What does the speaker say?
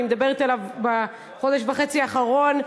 אני מדברת עליו בחודש וחצי האחרונים.